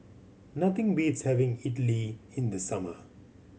nothing beats having Idili in the summer